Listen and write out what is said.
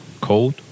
code